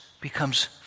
becomes